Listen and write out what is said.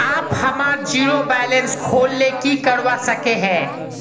आप हमार zero balance खोल ले की करवा सके है?